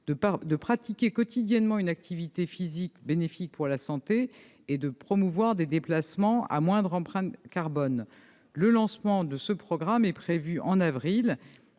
de pratiquer quotidiennement une activité physique bonne pour la santé ; il doit permettre également de promouvoir des déplacements à moindre empreinte carbone. Le lancement de ce programme est prévu en avril,